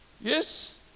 Yes